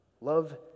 Love